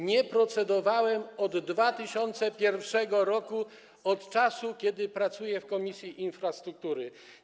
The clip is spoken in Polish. nie procedowałem od 2001 r., od czasu, kiedy pracuję w Komisji Infrastruktury.